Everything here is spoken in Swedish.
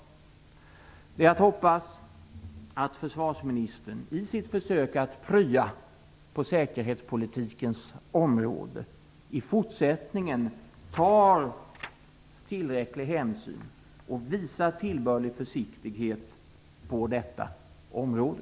Det är att hoppas att försvarsministern i sitt försök att prya på säkerhetspolitikens område i fortsättningen tar tillräcklig hänsyn och visar tillbörlig försiktighet på detta område.